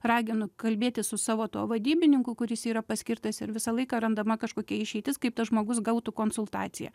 raginu kalbėtis su savo tuo vadybininku kuris yra paskirtas ir visą laiką randama kažkokia išeitis kaip tas žmogus gautų konsultaciją